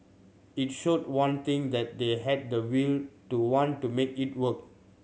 it showed one thing that they had the will to want to make it work